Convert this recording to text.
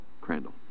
Crandall